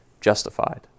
justified